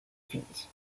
fees